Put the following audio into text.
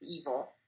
evil